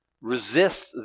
resists